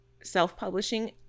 self-publishing